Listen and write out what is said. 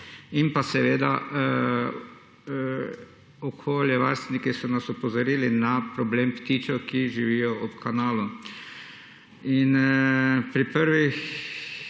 In pa seveda okoljevarstveniki so nas opozorili na problem ptičev, ki živijo ob kanalu. In pri